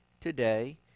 today